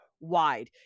wide